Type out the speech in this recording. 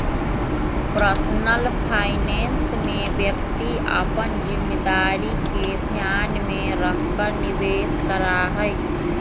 personal finance में व्यक्ति अपन जिम्मेदारी के ध्यान में रखकर निवेश करा हई